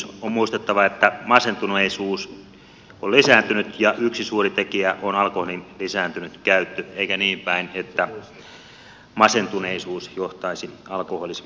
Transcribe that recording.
on muistettava että masentuneisuus on lisääntynyt ja yksi suuri tekijä on alkoholin lisääntynyt käyttö eikä niin päin että masentuneisuus johtaisi alkoholismiin